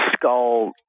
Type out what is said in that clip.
skull